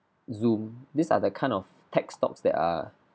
Zoom these are the kind of tech stocks that are